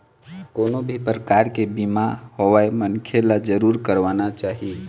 कोनो भी परकार के बीमा होवय मनखे ल जरुर करवाना चाही